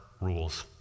rules